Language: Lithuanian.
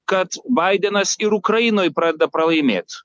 kad baidenas ir ukrainoj pradeda pralaimėt